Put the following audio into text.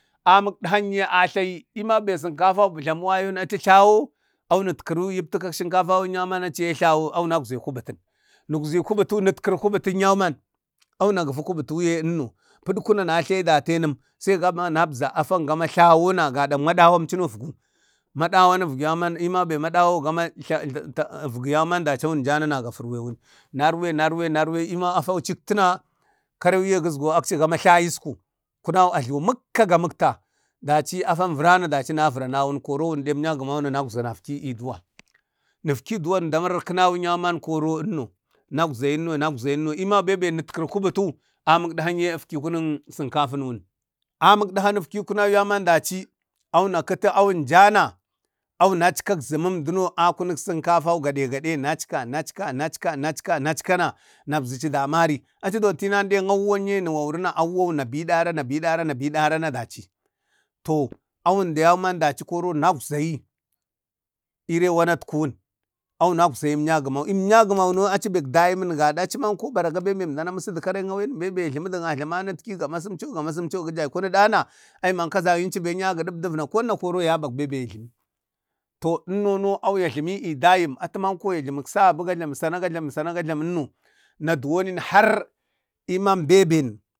Amin edhaw yee tlayi emam be sinkafau jlamu wayo na tu tlawo awunitkiru yiptikan sinkafau yauman aci yee tlawo awunakza kupbatun nekzi kupbutu na wunitkiri kupbatu yauman awuna gafati kupbutun kuyee enno pudkwan wunatle datenen wunabza afan gama tlanawo na gadak madawam cuno efvu madawani ekvayauman eenam be madawo gamaye tla tak vuyaoman daci jana nagafu erwaiwu, narwan narwain arwaim eema afa ciktina karewuye gizgo akci gama tla esku kunau ajluwu mukka mukka ga mukkata daci afan vurana daci navaran nawun koro wun deng miyakman koro nakza nafki ii duwa nufki duwan emda markiyauwn yauman koro enno nakzayin no nakzayin no ema bembe netkiru kupbutu amin edkah yee ekfi kunuk sinkafinuyun amin edha efki kinau yauman daci awuna kiti auna ja na awunackan zimum duno akunuk sinkafau gade gadae nacka nacka nacka na nabzici damari aci duwan tinan deng mahuwanye na wawnuna awuwau na vidara na vidara anvidara na daci, to awuwau dayauman daci kori nakzayi irek wanatkuwun awunakzayi emyakguma emyagumo aci bek dayimin gado aci mako baraga bembe emdana musudu karin awain ben ya jlumudu ya jlumi ga jlawamitki amasu co gamasinco to gida kunakdana aima kazayin inci ben yaa ga dupdi vanakon na kori yabak bebe ya jlami, to ennono au ya jlami ee dayim atu mako ya jlamuk sabu ga jlami sabu sana ga jlami sana gajlamin no na duwani har eman beben.